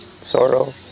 sorrow